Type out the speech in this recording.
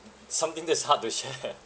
something that's hard to share